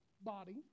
body